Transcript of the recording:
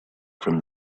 from